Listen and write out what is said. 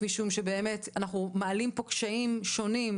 משום שאנחנו מעלים פה קשיים שונים,